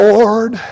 Lord